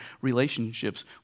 relationships